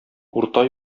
урта